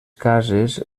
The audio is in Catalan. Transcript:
cases